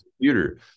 computer